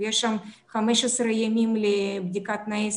יש שם 15 ימים לבדיקת תנאי סף,